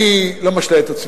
אני לא משלה את עצמי.